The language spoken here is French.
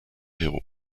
héros